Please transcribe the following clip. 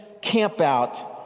campout